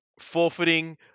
forfeiting